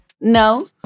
No